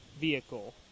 vehicle